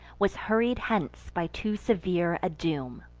was hurried hence by too severe a doom.